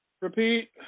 Repeat